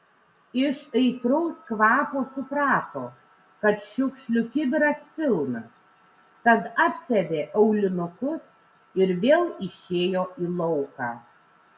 iš aitraus kvapo suprato kad šiukšlių kibiras pilnas tad apsiavė aulinukus ir vėl išėjo į lauką